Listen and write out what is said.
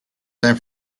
san